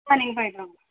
ஆ நீங்கள் போய்விட்டு வாங்க